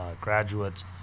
graduates